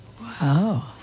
wow